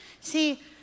See